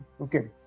Okay